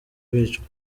bicwa